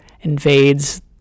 invades